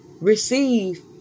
receive